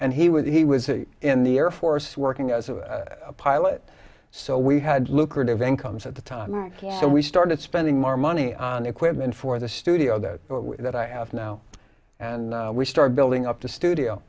and he was he was in the air force working as a pilot so we had lucrative incomes at the time so we started spending more money on equipment for the studio that that i have now and we start building up the studio